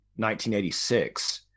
1986